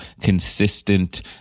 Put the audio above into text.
consistent